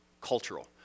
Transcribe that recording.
cultural